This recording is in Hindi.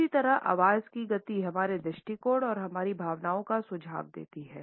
उसी तरह आवाज़ की गति हमारे दृष्टिकोण और हमारी भावनाओं का सुझाव देता है